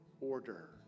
order